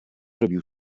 robił